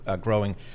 growing